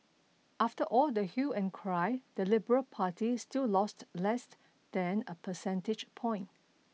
after all the hue and cry the liberal party still lost less than a percentage point